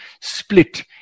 split